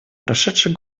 прошедший